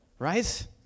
Right